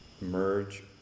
merge